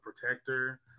Protector